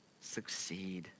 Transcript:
succeed